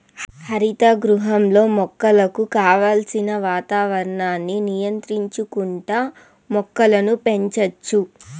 హరిత గృహంలో మొక్కలకు కావలసిన వాతావరణాన్ని నియంత్రించుకుంటా మొక్కలను పెంచచ్చు